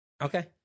Okay